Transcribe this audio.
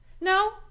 No